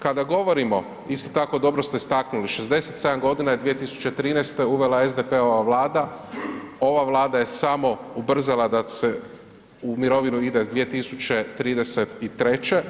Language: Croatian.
Kada govorimo, isto tako dobro ste istaknuli, 67 godina je 2013. uvela SDP-ova Vlada, ova Vlada je samo ubrzala da se u mirovinu ide s 2033.